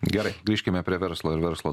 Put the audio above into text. gerai grįžkime prie verslo ir verslo